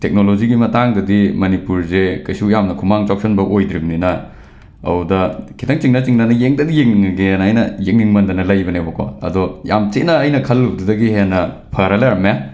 ꯇꯦꯛꯅꯣꯂꯣꯖꯤꯒꯤ ꯃꯇꯥꯡꯗꯗꯤ ꯃꯅꯤꯄꯨꯔꯁꯦ ꯀꯩꯁꯨ ꯌꯥꯝꯅ ꯈꯨꯃꯥꯡ ꯆꯥꯎꯁꯟꯕ ꯑꯣꯏꯗ꯭ꯔꯤꯕꯅꯤꯅ ꯑꯗꯨꯗ ꯈꯤꯇꯪ ꯆꯤꯡꯅ ꯆꯤꯡꯅꯅ ꯌꯦꯡꯇꯗꯤ ꯌꯦꯡꯅꯤꯡꯉꯒꯦꯅ ꯑꯩꯅ ꯌꯦꯡꯅꯤꯡꯃꯟꯗꯅ ꯂꯩꯕꯅꯦꯕꯀꯣ ꯑꯗꯣ ꯌꯥꯝꯅ ꯊꯤꯅ ꯑꯩꯅ ꯈꯜꯂꯨꯕꯗꯨꯗꯒꯤ ꯍꯦꯟꯅ ꯐꯔꯒ ꯂꯩꯔꯝꯃꯦ